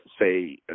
say